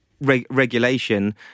regulation